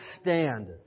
stand